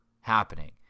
happening